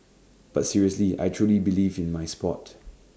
but seriously I truly believe in my Sport